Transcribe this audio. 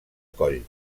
coll